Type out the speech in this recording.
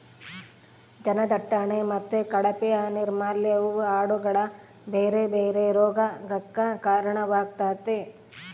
ಜನದಟ್ಟಣೆ ಮತ್ತೆ ಕಳಪೆ ನೈರ್ಮಲ್ಯವು ಆಡುಗಳ ಬೇರೆ ಬೇರೆ ರೋಗಗಕ್ಕ ಕಾರಣವಾಗ್ತತೆ